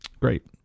great